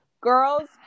girls